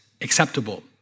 acceptable